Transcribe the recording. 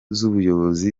z’ubuyobozi